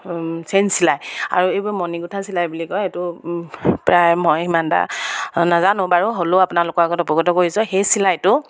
chain চিলাই আৰু এইবোৰ মণিগোঠা চিলাই বুলি কয় এইটো প্ৰায় মই সিমান এটা নাজানো বাৰু হ'লেও আপোনালোকৰ আগত অৱগত কৰিছোঁ আৰু সেই চিলাইটো